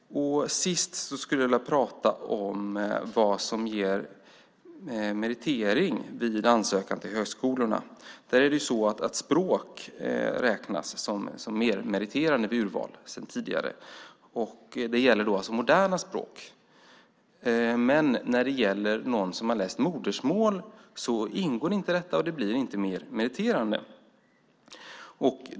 Sist vill jag prata om vad som ger meritering vid ansökan till högskolorna. Språk räknas sedan tidigare som mer meriterande vid urvalet. Det gäller moderna språk. Men när det gäller någon som har läst sitt modersmål ingår inte det språket och blir inte en mer meriterande faktor.